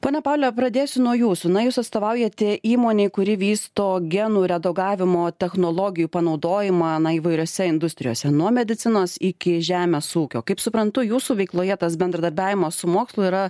ponia paule pradėsiu nuo jūsų na jūs atstovaujate įmonei kuri vysto genų redagavimo technologijų panaudojimą na įvairiose industrijose nuo medicinos iki žemės ūkio kaip suprantu jūsų veikloje tas bendradarbiavimas su mokslo yra